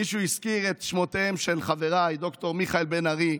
מישהו הזכיר את שמותיהם של חבריי ד"ר מיכאל בן ארי,